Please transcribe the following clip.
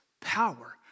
power